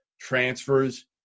Transfers